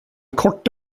kort